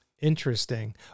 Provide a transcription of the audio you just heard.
Interesting